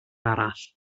arall